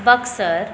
Buxar